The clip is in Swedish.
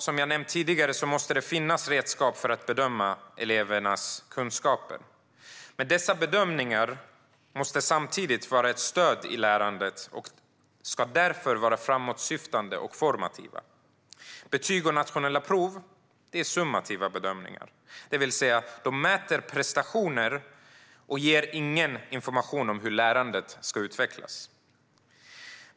Som jag nämnt tidigare måste det naturligtvis finnas redskap för att bedöma elevernas kunskaper. Men dessa bedömningar måste samtidigt vara ett stöd i lärandet och ska därför vara framåtsyftande och formativa. Betyg och nationella prov är summativa bedömningar; det vill säga de mäter prestationer och ger ingen information om hur lärandet ska utvecklas.